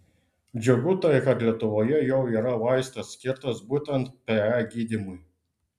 džiugu tai kad lietuvoje jau yra vaistas skirtas būtent pe gydymui